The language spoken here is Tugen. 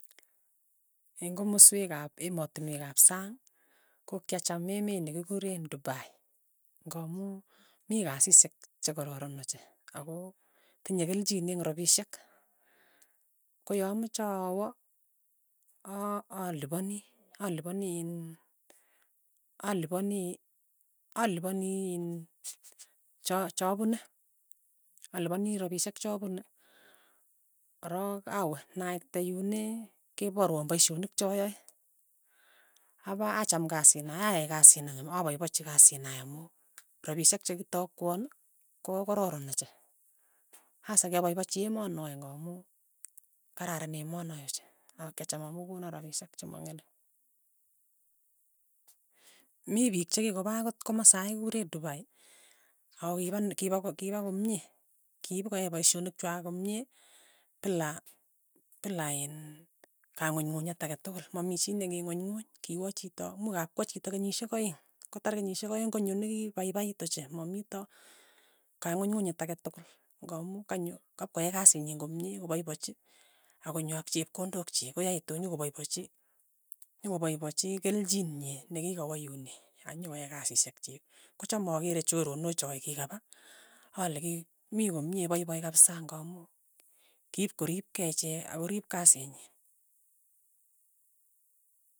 Eng' komaswek ap emotinwek ap sang, ko kyacham emet nekikuren dubai, ng'amu mi kasishek chekororon ochei, ako tinyei kelchin eng' rapishek, koyaameche awa a- alipani alipani iin alipani iin cho cho pune, alipani rapishek cha pune, korook awe, naitite yun ee, keparwa paishonik cha yaye, apa acham kasi noe, ayai kasi nan apaipachi kasi noe amu rapishek chekitakwan, ko kararan ochei, asa kyapaipachi emo noe ng'amu kararan emoo no ochei, ako kyacham amu kona rapishek chemang'ering. Mi piik chekikopa akot komasae kikure dubai, ako kipan kipa kipa komie, kipokoyai paishonik chwak komie pila pila iin kang'unyng'unyet ake tukul, ma mii chii neking'unyng'uny, kiwa chito muuch kap kwa chito kenyishek aeng', kotar kenyishek aeng' konyo nekipaipait ochei, mamito kang'unyng'unyet ake tukul, ng'amu kanyo kapkoyai kasit nyi komie, kopaipachi, ako nyo ak chepkondok chiik, ko yaitu nyokopaipachi, nyokopaipachi kelchin nyi nekikawa yun ee, anyokoyai kasishek chiik, kocham akere choronok choe kikapa, ale ki mi komie, paipai kapisa ng'amu kipkorip kei ichek akorip kasit nyi.